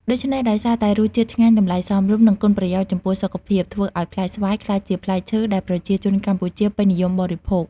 ដូច្នេះ ដោយសារតែរសជាតិឆ្ងាញ់ តម្លៃសមរម្យ និងគុណប្រយោជន៍ចំពោះសុខភាព ធ្វើឱ្យផ្លែស្វាយក្លាយជាផ្លែឈើដែលប្រជាជនកម្ពុជាពេញនិយមបរិភោគ។